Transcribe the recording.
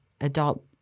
adult